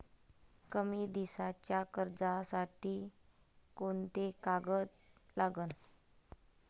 कमी दिसाच्या कर्जासाठी कोंते कागद लागन?